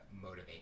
motivate